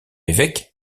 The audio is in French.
évêque